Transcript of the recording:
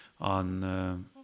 on